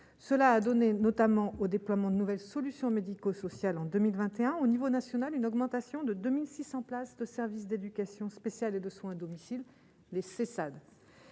cela a donné notamment au déploiement de nouvelles solutions médico-social en 2021, au niveau national, une augmentation de 2600 places de services d'éducation spéciale et de soins à domicile les Sessad